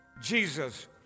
Jesus